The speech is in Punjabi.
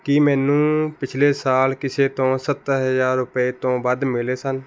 ਕੀ ਮੈਨੂੰ ਪਿਛਲੇ ਸਾਲ ਕਿਸੇ ਤੋਂ ਸੱਤਰ ਹਜ਼ਾਰ ਰੁਪਏ ਤੋਂ ਵੱਧ ਮਿਲੇ ਸਨ